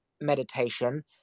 meditation